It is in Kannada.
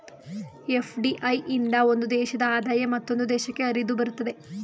ಎಫ್.ಡಿ.ಐ ಇಂದ ಒಂದು ದೇಶದ ಆದಾಯ ಮತ್ತೊಂದು ದೇಶಕ್ಕೆ ಹರಿದುಬರುತ್ತದೆ